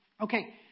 Okay